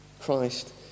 Christ